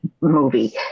movie